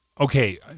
Okay